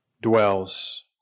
dwells